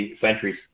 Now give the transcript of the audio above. centuries